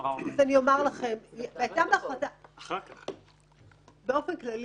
--- באופן כללי,